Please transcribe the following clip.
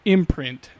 Imprint